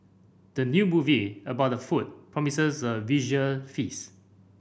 the new movie about the food promises a visual feast